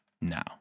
now